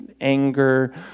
anger